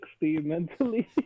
mentally